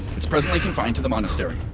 it's presently confined to the monastery.